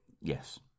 yes